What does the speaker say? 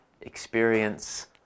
experience